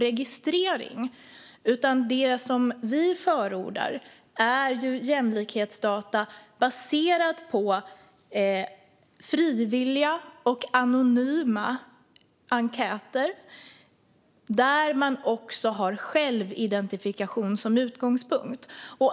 Det som vi förordar är jämlikhetsdata baserade på frivilliga och anonyma enkäter, där man har självidentifikation som utgångspunkt.